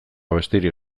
besterik